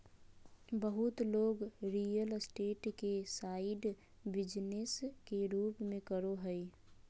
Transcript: बहुत लोग real estate के साइड बिजनेस के रूप में करो हइ